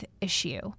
issue